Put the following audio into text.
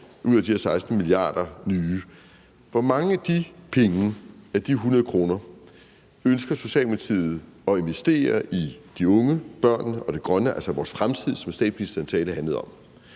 ud af de her nye 16 mia. kr., hvor mange kroner af de 100 kr. ønsker Socialdemokratiet at investere i de unge, børnene og det grønne, altså vores fremtid, som statsministeren sagde det handlede om?